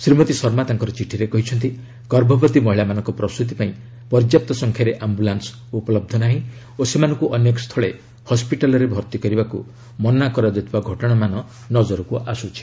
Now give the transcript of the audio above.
ଶ୍ରୀମତୀ ଶର୍ମା ତାଙ୍କର ଚିଠିରେ କହିଛନ୍ତି ଗର୍ଭବତୀ ମହିଳାମାନଙ୍କ ପ୍ରସ୍ତୀ ପାଇଁ ପର୍ଯ୍ୟାପ୍ତ ସଂଖ୍ୟାରେ ଆୟୁଲାନ୍ୱ ନାହିଁ ଓ ସେମାନଙ୍କୁ ଅନେକ ସ୍ଥଳେ ହସ୍କିଟାଲ୍ରେ ଭର୍ତ୍ତି କରିବାକୁ ମନା କରାଯାଉଥିବା ଘଟଣାମାନ ନଜରକୁ ଆସିଛି